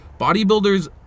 bodybuilders